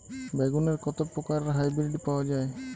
বেগুনের কত প্রকারের হাইব্রীড পাওয়া যায়?